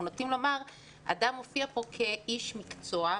אנחנו נוטים לומר שאדם מופיע פה כאיש מקצוע,